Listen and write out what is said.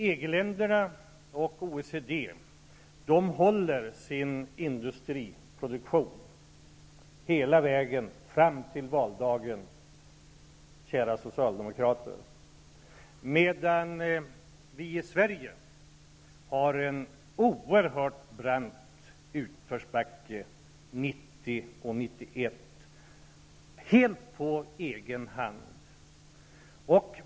EG-länderna och OECD håller uppe nivån för sin industriproduktion hela vägen fram till valdagen, kära socialdemokrater, medan vi i Sverige har en oerhört brant nedförsbacke 1990 och 1991 helt på egen hand.